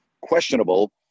questionable